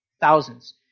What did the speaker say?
thousands